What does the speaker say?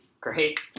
Great